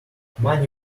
money